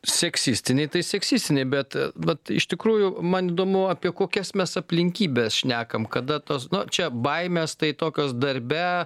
seksistiniai tai seksistiniai bet vat iš tikrųjų man įdomu apie kokias mes aplinkybes šnekam kada tos nu čia baimės tai tokios darbe